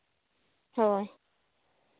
ᱦᱳᱭ